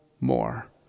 more